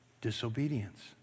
disobedience